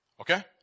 Okay